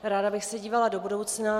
Ráda bych se dívala do budoucna.